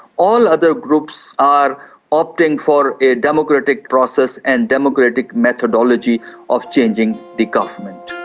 all other groups are opting for a democratic process and democratic methodology of changing the government.